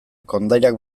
kondairak